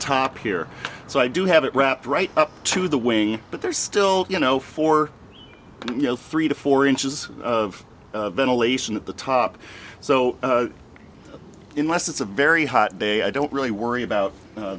top here so i do have it wrapped right up to the wing but there's still you know four you know three to four inches of ventilation at the top so in less it's a very hot day i don't really worry about